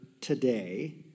today